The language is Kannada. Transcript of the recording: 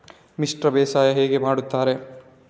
ಮಿಶ್ರ ಬೇಸಾಯ ಹೇಗೆ ಮಾಡುತ್ತಾರೆ?